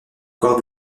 corps